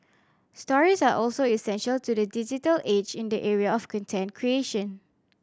stories are also essential to the digital age in the area of content creation